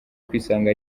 kwisanga